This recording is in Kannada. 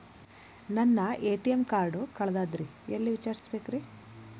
ನನ್ನ ಎ.ಟಿ.ಎಂ ಕಾರ್ಡು ಕಳದದ್ರಿ ಎಲ್ಲಿ ವಿಚಾರಿಸ್ಬೇಕ್ರಿ?